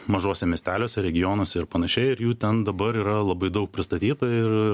mažuose miesteliuose regionuose ir panašiai ir jų ten dabar yra labai daug pristatyta ir